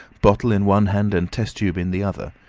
bottle in one hand and test-tube in the other,